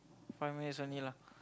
five minutes only lah